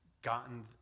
Gotten